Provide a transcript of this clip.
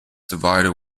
divided